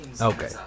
Okay